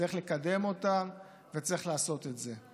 צריך לקדם אותן וצריך לעשות את זה.